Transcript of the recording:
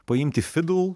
paimti fidl